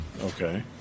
okay